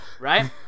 right